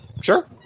Sure